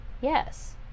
Yes